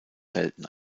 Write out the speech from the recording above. selten